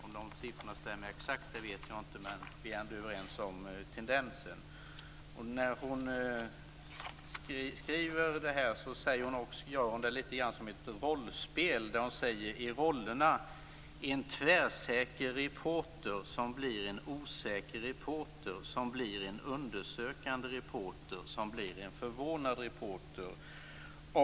Om siffrorna stämmer exakt vet jag inte, men vi är ändå överens om tendensen. När hon skriver gör hon det litet grand i form av ett rollspel. Hon skriver: En tvärsäker reporter, som blir en osäker reporter, som blir en undersökande reporter, som blir en förvånad reporter.